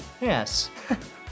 Yes